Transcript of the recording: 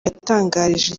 yatangarije